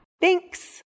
Thanks